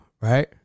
right